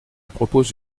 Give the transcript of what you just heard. propose